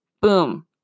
Boom